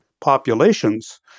Populations